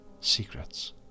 secrets